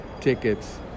tickets